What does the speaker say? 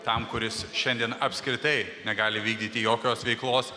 tam kuris šiandien apskritai negali vykdyti jokios veiklos